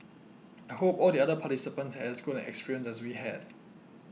I hope all the other participants had as good an experience as we had